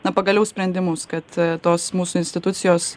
na pagaliau sprendimus kad tos mūsų institucijos